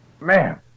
Man